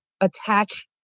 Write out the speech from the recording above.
attach